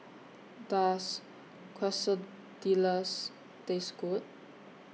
Does Quesadillas Taste Good